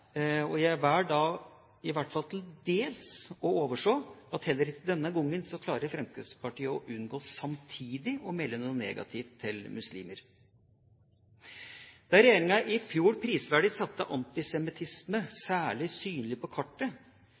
Og jeg velger da, i hvert fall til dels, å overse at Fremskrittspartiet heller ikke denne gangen samtidig klarer å unngå å melde noe negativt til muslimer. Da regjeringa i fjor prisverdig satte antisemittisme særlig synlig på kartet,